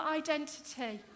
identity